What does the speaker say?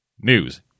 news